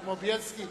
כמו בילסקי.